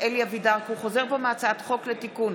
אלי אבידר כי הוא חוזר בו מהצעת חוק לתיקון